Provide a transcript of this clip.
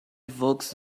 evokes